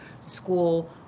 school